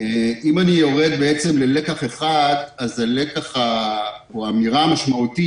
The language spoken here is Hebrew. אם אני יורד בעצם ללקח אחד אז האמירה המשמעותית